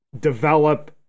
develop